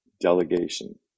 delegation